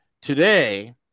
today